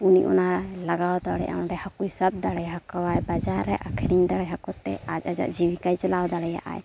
ᱩᱱᱤ ᱚᱱᱟᱭ ᱞᱟᱜᱟᱣ ᱫᱟᱲᱮᱭᱟᱜᱼᱟ ᱚᱸᱰᱮ ᱦᱟᱹᱠᱩᱭ ᱥᱟᱵ ᱫᱟᱲᱮ ᱟᱠᱚᱣᱟᱭ ᱵᱟᱡᱟᱨ ᱨᱮ ᱟᱹᱠᱷᱨᱤᱧ ᱫᱟᱲᱮ ᱟᱠᱚᱛᱮ ᱟᱡ ᱟᱭᱟᱜ ᱡᱤᱵᱤᱠᱟᱭ ᱪᱟᱞᱟᱣ ᱫᱟᱲᱮᱭᱟᱜ ᱟᱭ